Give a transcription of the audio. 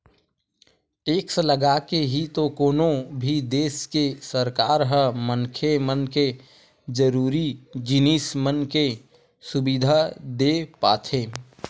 tax लगाके ही तो कोनो भी देस के सरकार ह मनखे मन के जरुरी जिनिस मन के सुबिधा देय पाथे